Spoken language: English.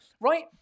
right